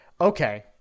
okay